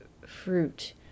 fruit